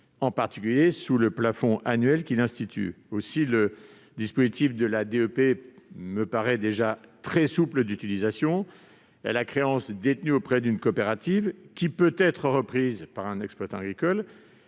en particulier un plafond annuel. Le dispositif de la DEP est déjà très souple d'utilisation et la créance détenue auprès d'une coopérative, qui peut être reprise par un exploitant agricole,